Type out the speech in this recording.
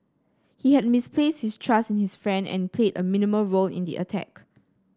he had misplaced his trust in his friend and played a minimal role in the attack